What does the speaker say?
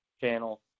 channel